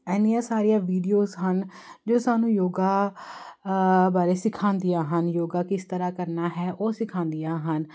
ਇੰਨੀਆਂ ਸਾਰੀਆਂ ਵੀਡੀਓਜ ਹਨ ਜੋ ਸਾਨੂੰ ਯੋਗਾ ਬਾਰੇ ਸਿਖਾਉਂਦੀਆਂ ਹਨ ਯੋਗਾ ਕਿਸ ਤਰ੍ਹਾਂ ਕਰਨਾ ਹੈ ਉਹ ਸਿਖਾਉਂਦੀਆਂ ਹਨ